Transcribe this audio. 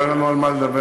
לא יהיה לנו על מה לדבר.